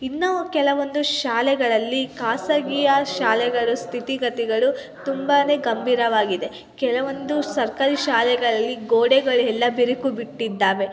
ಇನ್ನೂ ಕೆಲವೊಂದು ಶಾಲೆಗಳಲ್ಲಿ ಖಾಸಗಿಯ ಶಾಲೆಗಳ ಸ್ಥಿತಿಗತಿಗಳು ತುಂಬಾ ಗಂಭೀರವಾಗಿದೆ ಕೆಲವೊಂದು ಸರ್ಕಾರಿ ಶಾಲೆಗಳಲ್ಲಿ ಗೋಡೆಗಳೆಲ್ಲ ಬಿರುಕು ಬಿಟ್ಟಿದ್ದಾವೆ